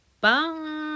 Bye